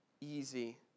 easy